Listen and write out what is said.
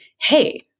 hey